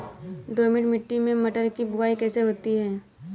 दोमट मिट्टी में मटर की बुवाई कैसे होती है?